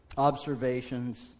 Observations